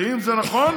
ואם זה נכון,